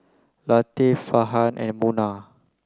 Latif Farhan and Munah